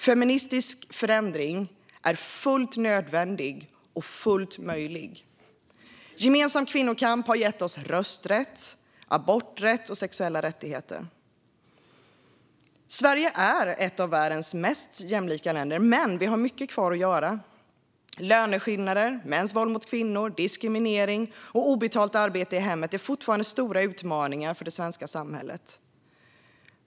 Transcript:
Feministisk förändring är fullt nödvändig och fullt möjlig. Gemensam kvinnokamp har gett oss rösträtt, aborträtt och sexuella rättigheter. Sverige är ett av världens mest jämställda länder, men vi har mycket kvar att göra. Löneskillnader, mäns våld mot kvinnor, diskriminering och obetalt arbete i hemmet är fortfarande stora utmaningar för det svenska samhället.